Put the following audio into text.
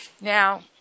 Now